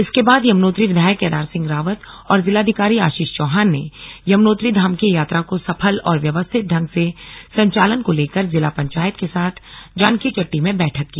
इसके बाद यमुनोत्री विधायक केदार सिंह रावत और जिलाधिकारी आशीष चौहान ने यमुनोत्री धाम के यात्रा को सफल और व्यवस्थित ढंग से संचालन को लेकर जिला पंचायत के साथ जानकीचट्टी में बैठक की